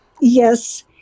Yes